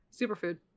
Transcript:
Superfood